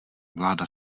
vláda